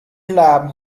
lab